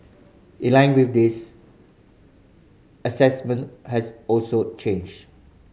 in line with this assessment has also changed